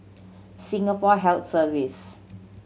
Singapore Health Service